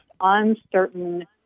uncertain